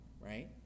right